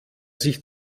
sich